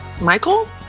Michael